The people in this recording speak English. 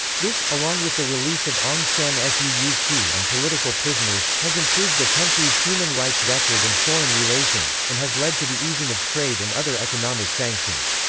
this, along with the release of aung san suu kyi and political prisoners, has improved the country's human rights record and foreign relations, and has led to the easing of trade and other economic sanctions.